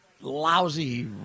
lousy